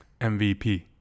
MVP